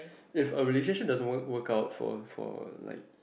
if a relationship doesn't work work out for for for like